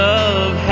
love